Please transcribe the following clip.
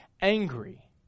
angry